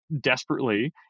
desperately